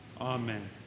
amen